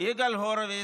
יגאל הורביץ,